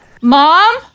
mom